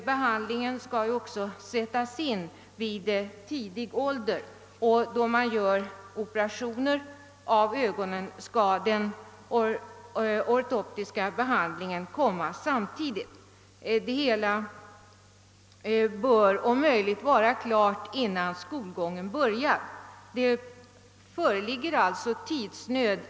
Behandlingen skall också sättas in vid tidig ålder, och vid operationer skall den ortoptiska behandlingen komma samtidigt. Hela behandlingen bör om möjligt vara klar innan skolgången börjar. Det föreligger alltså tidsnöd.